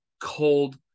cold